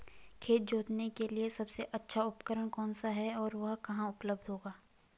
खेत जोतने के लिए सबसे अच्छा उपकरण कौन सा है और वह कहाँ उपलब्ध होगा?